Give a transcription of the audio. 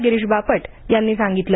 गिरीष बापट यांनी सांगितलं